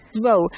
grow